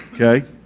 okay